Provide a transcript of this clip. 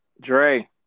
Dre